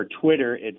Twitter